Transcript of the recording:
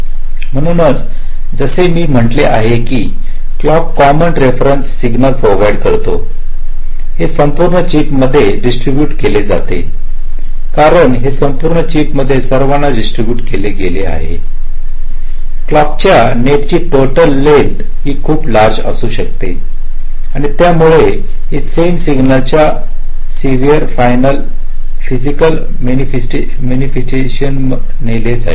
म्हणूनच जसे मी म्हटले आहे की clock common reference signal provide करतो हे संपूर्ण चिप मध्ये डिस्टरीब्यूट केले जाऊ शकते कारण हे संपूर्ण चिप मध्ये सर्वांना डिस्टरीब्यूट केले गेले आहे क्लॉकच्या नेटची टोटल लेन्थ ही खूप लार्जे असू शकते आणि यामुळे हे सेम सिग्नल च्या सेव्हराल फयसिकल मेनीफेसटेशन नेले जाईल